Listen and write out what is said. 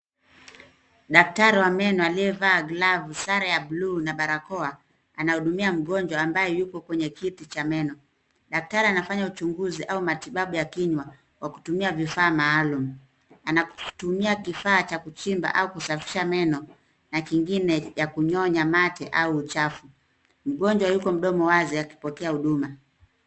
Daktari wa meno aliyevaa glavu, sare ya blue na barakoa anahudumia mgonjwa amabaye yuko kwenye kiti cha meno na daktari anafanya uchunguzi au matibabu ya kinywa kwa kutumia vifaa maalum. Anatumia kifaa cha kuchimba au kusafisha meno na kingine ya kunyonya mate au uchafu. Mgonjwa yuko mdomo wazi akipokea huduma.